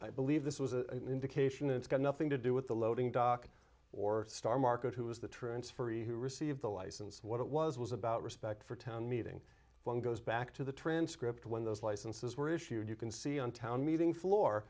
i believe this was a an indication it's got nothing to do with the loading dock or star market who was the transferee who received the license what it was was about respect for town meeting one goes back to the transcript when those licenses were issued you can see on town meeting floor